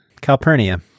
Calpurnia